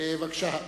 בבקשה,